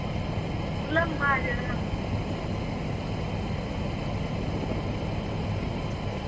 लम्बा जेह्ड़ा